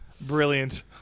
Brilliant